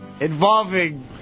involving